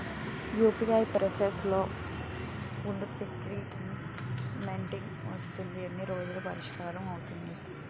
UPI process లో వుందిపెండింగ్ payment వస్తుంది ఎన్ని రోజుల్లో పరిష్కారం అవుతుంది